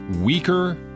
weaker